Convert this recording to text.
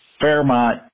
Fairmont